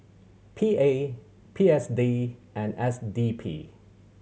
P A P S D and S D P